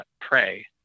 pray